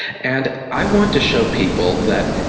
and i want to show people that,